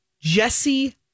Jesse